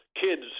kids